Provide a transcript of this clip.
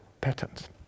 patterns